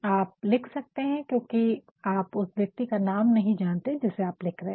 आप लिख सकते है क्योकि आप उस व्यक्ति का नाम नहीं जानते जिसे आप लिख रहे है